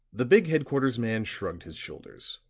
the big headquarters man shrugged his shoulders.